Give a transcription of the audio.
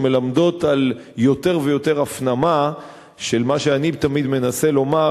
שמלמדות על יותר ויותר הפנמה של מה שאני תמיד מנסה לומר,